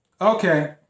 Okay